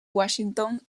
washington